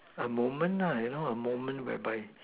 a moment nah you know a moment whereby